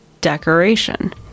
decoration